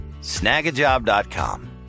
snagajob.com